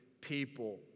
people